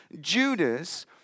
Judas